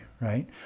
right